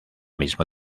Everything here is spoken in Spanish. mismo